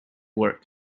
work